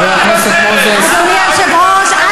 חבר הכנסת מוזס, תירגע.